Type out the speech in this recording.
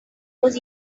was